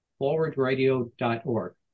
forwardradio.org